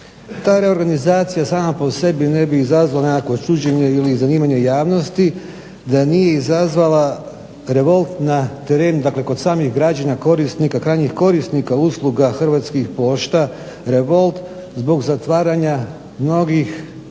Ta reorganizacija sama po sebi ne bi izazvala nekakvo čuđenje ili zanimanje javnosti da nije izazvala revolt na terenu, dakle kod samih građana krajnjih korisnika usluga Hrvatskih pošta, revolt zbog zatvaranja mnogih